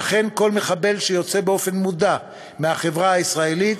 ולכן כל מחבל שיוצא באופן מודע מהחברה הישראלית